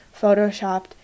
photoshopped